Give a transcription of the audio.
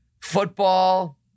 football